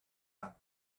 that